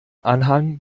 anhang